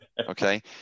Okay